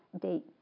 Date